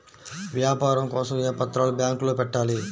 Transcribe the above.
వ్యాపారం కోసం ఏ పత్రాలు బ్యాంక్లో పెట్టాలి?